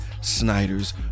snyder's